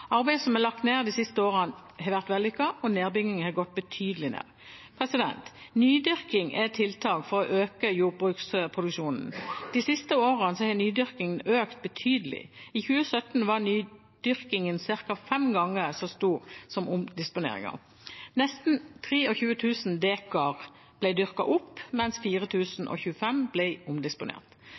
Arbeidet som er lagt ned de siste årene, har vært vellykket, og nedbyggingen har gått betydelig ned. Nydyrking er et tiltak for å øke jordbruksproduksjonen. De siste årene har nydyrkingen økt betydelig. I 2017 var nydyrkingen ca. fem ganger så stor som omdisponeringen. Nesten 23 000 dekar ble dyrket opp, mens 4 025 dekar ble omdisponert.